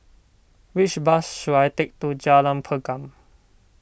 which bus should I take to Jalan Pergam